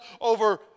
over